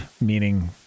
meaning